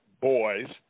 boys